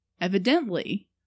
Evidently